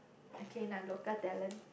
okay nah local talent